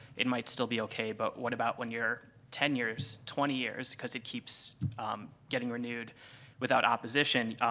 it might still be ok. but what about when you're ten years, twenty years, because it keeps getting renewed without opposition?